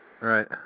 right